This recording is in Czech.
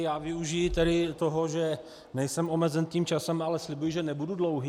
Já využiji toho, že nejsem omezen časem, ale slibuji, že nebudu dlouhý.